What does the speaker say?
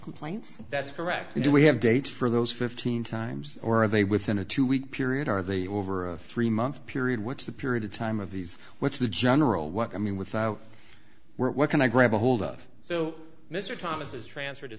complaints that's correct do we have dates for those fifteen times or are they within a two week period are they over a three month period what's the period of time of these what's the general what i mean without were what can i grab a hold of so mr thomas is transferred to